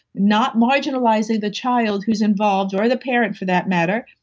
not marginalizing the child who's involved, or the parent for that matter,